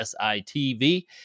SITV